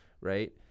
right